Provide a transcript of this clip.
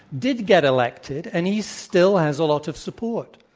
did get elected, and he still has a lot of support.